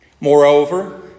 Moreover